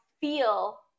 feel